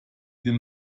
den